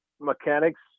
mechanics